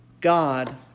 God